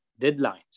deadlines